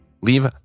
Leave